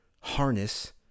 harness